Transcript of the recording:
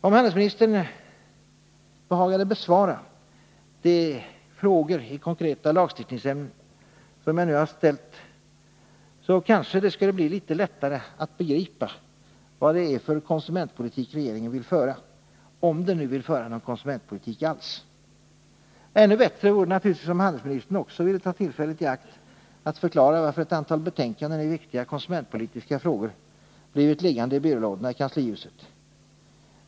Om handelsministern behagade besvara de frågor i konkreta lagstiftningsämnen som jag nu har ställt, så kanske det skulle bli litet lättare att begripa vad det är för konsumentpolitik som regeringen vill föra — om den nu vill föra någon konsumentpolitik alls. Ännu bättre vore det om handelsministern också ville ta tillfället i akt att förklara varför ett antal betänkanden i viktiga konsumentpolitiska frågor blivit liggande i byrålådorna i kanslihuset.